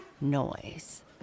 noise